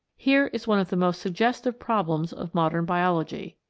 here is one of the most suggestive problems of modern biology.